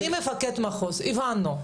אדוני מפקד המחוז, הבנו.